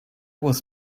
was